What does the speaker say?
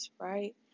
right